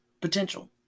potential